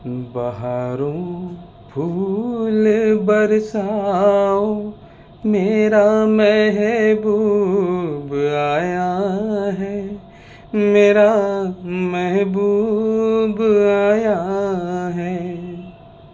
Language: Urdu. بہاروں پھول برساؤ میرا محبوب آیا ہے میرا محبوب آیا ہیں